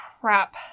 crap